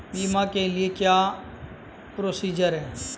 बीमा के लिए क्या क्या प्रोसीजर है?